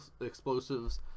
explosives